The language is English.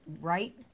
right